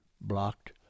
blocked